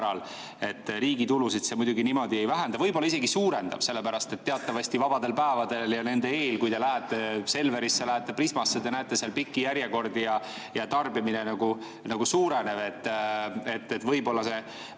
Riigi tulusid see muidugi niimoodi ei vähenda, võib-olla isegi suurendab, sellepärast et teatavasti vabadel päevadel ja nende eel, kui te lähete Selverisse, lähete Prismasse, te näete seal pikki järjekordi. Tarbimine suureneb ja võib-olla see